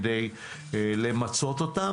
כדי למצות אותם.